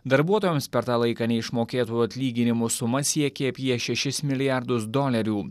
darbuotojams per tą laiką neišmokėtų atlyginimų suma siekė apie šešis milijardus dolerių